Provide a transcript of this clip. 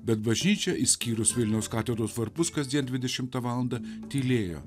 bet bažnyčia išskyrus vilniaus katedros varpus kasdien dvidešimtą valandą tylėjo